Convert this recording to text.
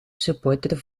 supporter